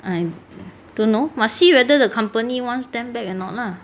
I don't know must see whether the company wants them back or not lah